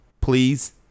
please